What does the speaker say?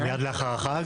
מיד לאחר החג?